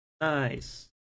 Nice